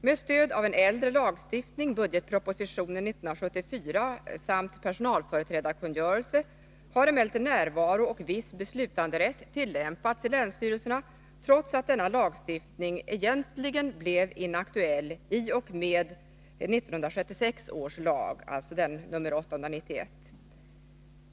Med stöd av en äldre lagstiftning, budgetpropositionen 1974 samt personalföreträdarkungörelsen har emellertid närvarooch viss beslutanderätt tillämpats i länsstyrelserna trots att denna lagstiftning egentligen blev inaktuell i och med 1976 års lag, alltså den med nr 1976:891.